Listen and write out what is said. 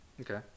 Okay